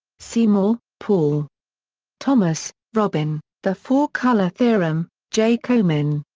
seymour, paul thomas, robin, the four-colour theorem, j. combin.